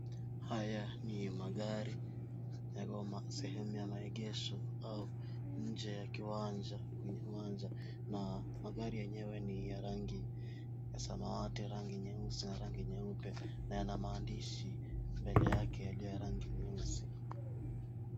Haya ni magari yako sehemu ya maegesho au nje ya kiwanja, kwenye uwanja na magari yenyewe ni ya rangi ya samawati, rangi nyeusi na rangi nyeupe na yana maandishi mbele yake yaliyo ya rangi nyeusi.